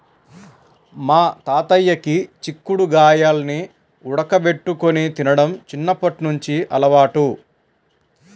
మా తాతయ్యకి చిక్కుడు గాయాల్ని ఉడకబెట్టుకొని తినడం చిన్నప్పట్నుంచి అలవాటు